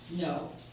No